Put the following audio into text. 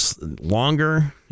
longer